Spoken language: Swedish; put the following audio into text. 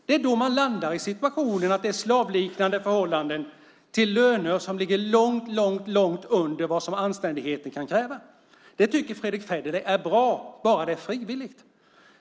Det är då man landar i situationen att det råder slavliknande förhållanden till löner som ligger långt, långt under vad som anständigheten kan kräva. Det tycker Fredrick Federley är bra, bara det är frivilligt.